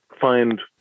find